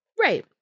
Right